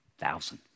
thousand